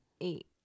eight